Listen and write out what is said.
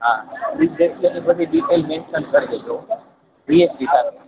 એ બ્રેસલેટની બધી detail mention કરી દે જો ઓકે વીએક